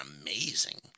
amazing